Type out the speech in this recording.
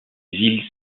îles